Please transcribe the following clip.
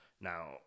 now